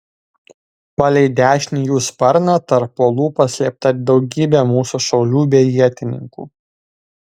palei dešinį jų sparną tarp uolų paslėpta daugybė mūsų šaulių bei ietininkų